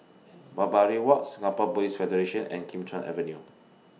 Barbary Walk Singapore Buddhist Federation and Kim Chuan Avenue